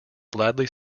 gladly